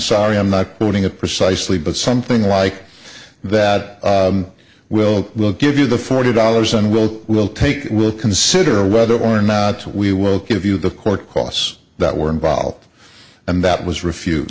sorry i'm not putting it precisely but something like that will we'll give you the forty dollars and we'll we'll take we'll consider whether or not we will give you the court costs that were involved and that was refu